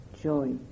joy